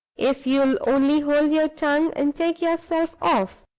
if you'll only hold your tongue and take yourself off!